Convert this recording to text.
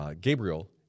Gabriel